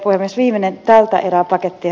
viimeinen tältä erää pakettia